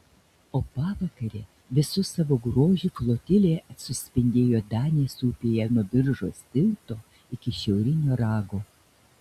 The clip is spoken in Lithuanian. o pavakare visu savo grožiu flotilė suspindėjo danės upėje nuo biržos tilto iki šiaurinio rago